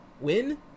win